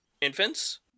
infants